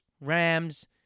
Rams